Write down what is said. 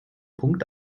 punkt